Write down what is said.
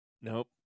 Nope